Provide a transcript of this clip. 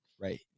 right